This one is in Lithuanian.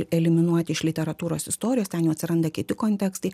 eliminuoti iš literatūros istorijos ten jau atsiranda kiti kontekstai